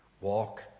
walk